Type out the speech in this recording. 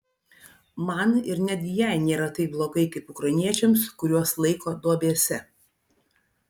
man ir netgi jai nėra taip blogai kaip ukrainiečiams kuriuos laiko duobėse